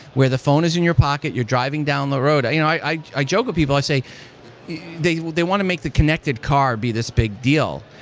where the phone is in your pocket, you're driving down the road. i you know i joke with people, i say they they want to make the connected car be this big deal,